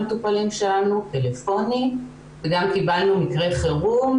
המטופלים שלנו וגם קיבלנו מקרי חירום,